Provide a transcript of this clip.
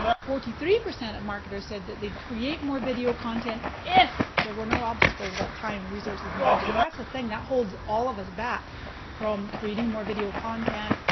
forty three percent of marketers said that they'd create more video content if there were no obstacles like time, resources and budget. that's a thing that holds all of us back from creating more video content,